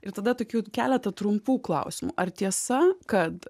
ir tada tokių keletą trumpų klausimų ar tiesa kad